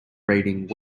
reading